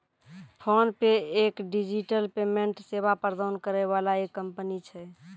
PhonePe एक digital payment सेवा प्रदान करै वाला एक कंपनी छै